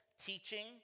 teaching